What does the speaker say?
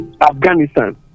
Afghanistan